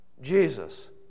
Jesus